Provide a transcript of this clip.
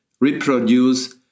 reproduce